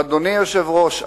אדוני היושב-ראש,